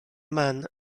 man